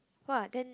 !wah! then